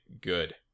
Good